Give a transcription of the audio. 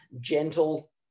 gentle